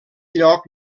lloc